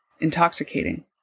intoxicating